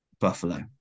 Buffalo